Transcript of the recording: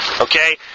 okay